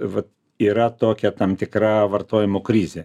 vat yra tokia tam tikra vartojimo krizė